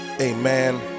Amen